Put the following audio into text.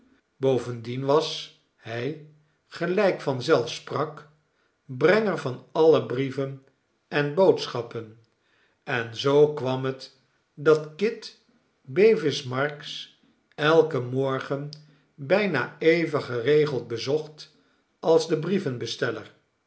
bovendien was hij gelijk van zelf sprak brenger van alle brieven en boodschappen en zoo kwam het dat kit bevis marks elken morgen bijna even geregeld bezocht als de